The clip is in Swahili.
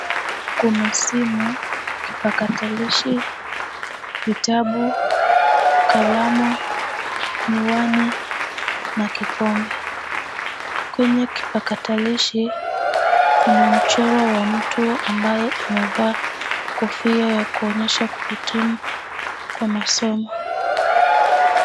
Kuna simu, kipakatalishi, vitabu, kalamu, miwani na kikombe. Kwenye kipakatalishi, kuna mchoro wa mtu ambaye amevaa kofia ya kuonyesha kuhitimu kwa masomo.